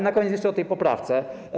Na koniec jeszcze o tej poprawce.